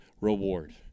reward